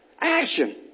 action